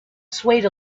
swayed